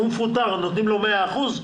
הוא מקבל 100 אחוזים?